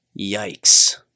Yikes